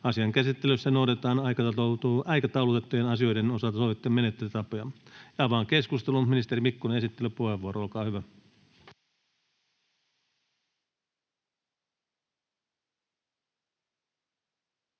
Asian käsittelyssä noudatetaan aikataulutettujen asioiden osalta sovittuja menettelytapoja. — Avaan keskustelun, ja esittelypuheenvuoro, ministeri